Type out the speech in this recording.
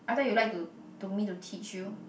I thought you like to to me to teach you